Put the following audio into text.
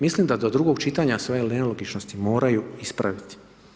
Mislim da do drugog čitanja se ove nelogičnosti moraju ispraviti.